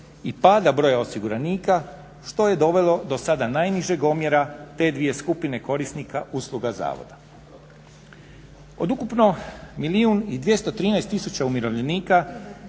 i pada broja osiguranika što je dovelo do sada najnižeg omjera te dvije skupine korisnika usluga zavoda. Od ukupno milijun 213 tisuća umirovljenika